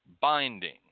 binding